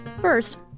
First